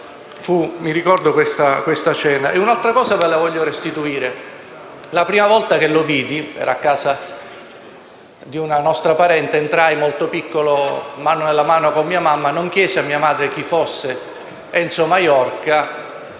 Mi ricordo questa cena. Il secondo ricordo è il seguente: la prima volta che lo vidi ero a casa di una nostra parente; entrai, molto piccolo, mano nella mano con mia mamma, e non chiesi a mia madre chi fosse Enzo Maiorca,